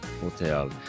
hotel